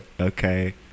Okay